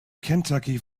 kentucky